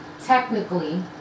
technically